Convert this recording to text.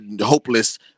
hopeless